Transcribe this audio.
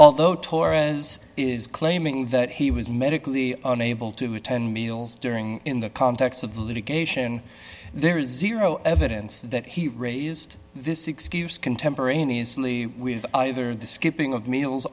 although torres is claiming that he was medically unable to attend meals during in the context of the litigation there is zero evidence that he raised this excuse contemporaneously either the skipping of meals